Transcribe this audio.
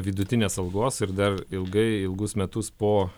vidutinės algos ir dar ilgai ilgus metus po